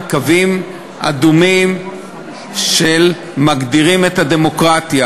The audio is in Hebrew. קווים אדומים שמגדירים את הדמוקרטיה,